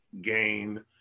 gain